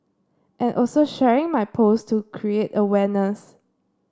and also sharing my post to create awareness